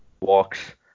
walks